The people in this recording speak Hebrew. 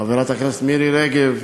חברת הכנסת מירי רגב,